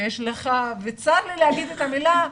כשיש לך וצר לי להגיד את המילה,